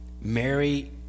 Mary